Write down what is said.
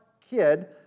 kid